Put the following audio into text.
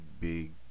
big